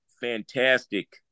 Fantastic